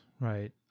right